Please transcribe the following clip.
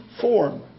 form